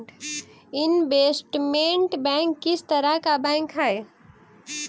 investment bank किस तरह का बैंक हई